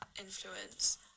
influence